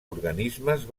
organismes